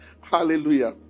Hallelujah